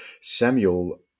Samuel